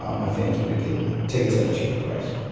um my fans will be getting tickets at a cheaper price.